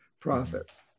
profits